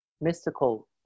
mystical